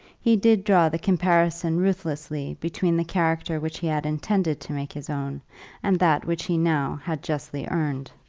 he did draw the comparison ruthlessly between the character which he had intended to make his own and that which he now had justly earned.